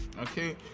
okay